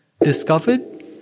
discovered